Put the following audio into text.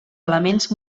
elements